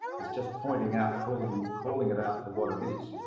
it's just pointing out calling and calling it out for what it is.